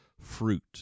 fruit